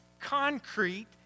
concrete